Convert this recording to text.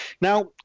Now